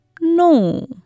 No